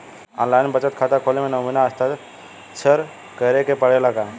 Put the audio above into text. आन line बचत खाता खोले में नमूना हस्ताक्षर करेके पड़ेला का?